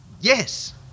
Yes